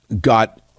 got